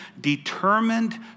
determined